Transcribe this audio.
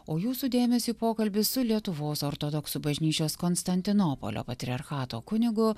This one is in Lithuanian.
o jūsų dėmesiui pokalbis su lietuvos ortodoksų bažnyčios konstantinopolio patriarchato kunigu